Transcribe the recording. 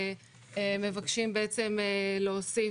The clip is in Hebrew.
ומבקשים להוסיף.